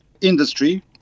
industry